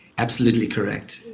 absolutely correct.